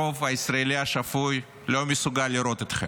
הרוב הישראלי השפוי לא מסוגל לראות אתכם.